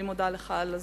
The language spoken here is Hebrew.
אני מודה לך על הזמן.